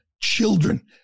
children